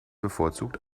bevorzugt